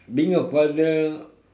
being a father